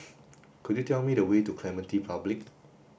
could you tell me the way to Clementi Public